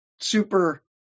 super